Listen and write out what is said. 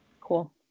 Cool